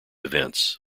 events